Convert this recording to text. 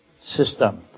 system